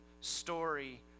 story